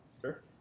Sure